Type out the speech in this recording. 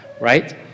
right